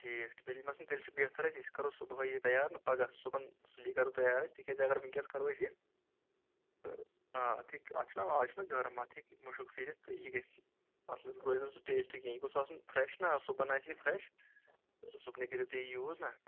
ٹھیٖک مےٚ چھُ باسان تیٚلہِ بہتر اَسہِ أسۍ کَرو صُبحٲے یہِ تیار نا پگہہ صُبحن سُلی کَرو تیار أسۍ تہِ کیازِ اگر وٕنکیٚس کرو أسۍ یہِ تہٕ آ اتھ ہیٚکہِ اتھ چھُنا آ آز چھُ نا گرم اتھ ہیٚکہِ مُشک فیٖرتھ تہٕ یہِ گَژھۍ اتھ روزِنہٕ سُہ ٹیسٹ کہینہ یہِ گَژھِ نا آسُن فٮرٮ۪ش نا صُبحن آسہِ یہِ فرٮ۪ش تہٕ صُبنٕے کٔرو تُہۍ یہِ یوٗز نا